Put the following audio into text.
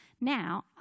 now